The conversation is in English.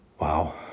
Wow